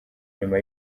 nyuma